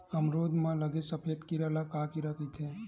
अमरूद म लगे सफेद कीरा ल का कीरा कइथे?